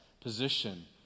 position